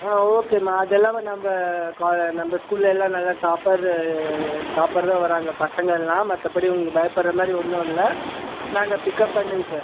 ஆ ஓகேமா அது இல்லாமல் நம்ப கா நம்ப ஸ்கூலில் எல்லாம் நல்லா சாப்பாடு சாப்பர்ரா வராங்க பசங்களெலாம் மற்றபடி உங்கள் பயப்படுற மாதிரி ஒன்றும் இல்லை நாங்கள் பிக்அப் பண்ணிவிட்ட